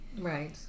right